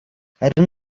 харин